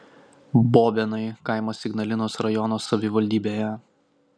bobėnai kaimas ignalinos rajono savivaldybėje